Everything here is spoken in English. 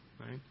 right